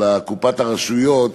על קופת הרשויות